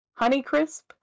Honeycrisp